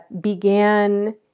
began